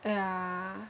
yeah